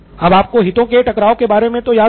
अब आपको हितों के टकराव के बारे मे तो याद ही होगा